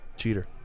Cheater